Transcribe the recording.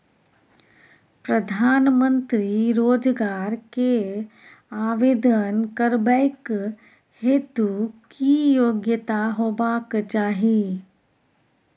प्रधानमंत्री रोजगार के आवेदन करबैक हेतु की योग्यता होबाक चाही?